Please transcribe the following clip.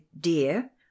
dear